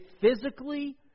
physically